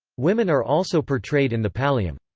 women are also portrayed in the pallium.